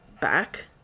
back